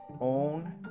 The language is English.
own